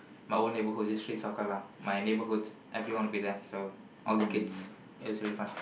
my old neighbourhood is just street soccer lah my neighbourhood everyone will be there so all the kids is really fun